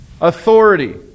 authority